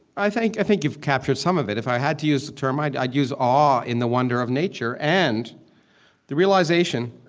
i think i think you've captured some of it. if i had to use the term, i'd i'd use awe in the wonder of nature and the realization